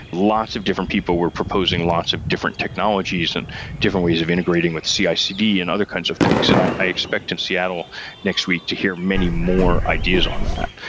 lots of different people were proposing lots of different technologies and different ways of integrating with cicd and other kinds of things, and i i expect in seattle next week to hear many more ideas on that.